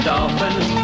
Dolphins